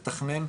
לתכנן,